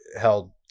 held